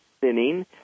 thinning